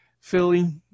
Philly